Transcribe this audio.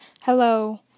hello